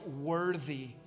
worthy